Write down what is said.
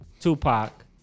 Tupac